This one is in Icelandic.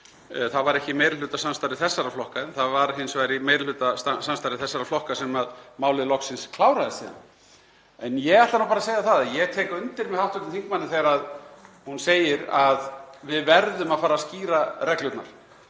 Það var ekki í meirihlutasamstarfi þessara flokka, en það var hins vegar í meirihlutasamstarfi þessara flokka sem málið kláraðist síðan loksins. Ég ætla nú bara að segja að ég tek undir með hv. þingmanni þegar hún segir að við verðum að fara að skýra reglurnar